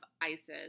Isis